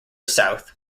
south